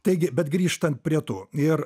taigi bet grįžtant prie to ir